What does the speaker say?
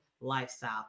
lifestyle